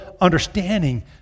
understanding